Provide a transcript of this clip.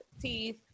teeth